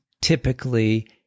typically